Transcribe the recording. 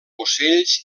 ocells